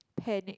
panic